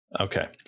Okay